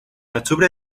octubre